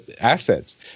assets